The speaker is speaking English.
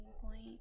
point